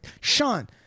Sean